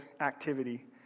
activity